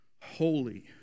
holy